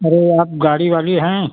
अरे आप गाड़ी वाली हैं